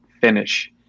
finish